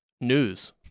news